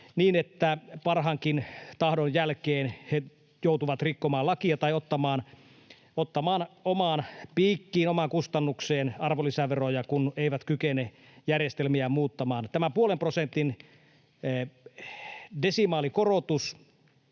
niin että parhaankin tahdon jälkeen he joutuvat rikkomaan lakia tai ottamaan omaan piikkiin, omaan kustannukseen, arvonlisäveroja, kun eivät kykene järjestelmiään muuttamaan. Tämä puolen prosentin desimaalikorotus